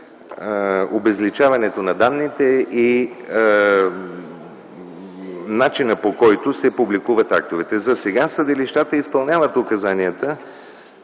обезличаването на данните и начинът, по който се публикуват актовете. Засега съдилищата изпълняват указанията